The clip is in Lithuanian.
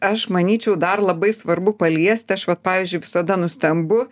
aš manyčiau dar labai svarbu paliesti aš vat pavyzdžiui visada nustembu